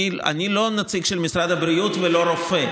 אני לא הנציג של משרד הבריאות ולא רופא.